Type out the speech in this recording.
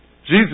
Jesus